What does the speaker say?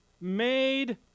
made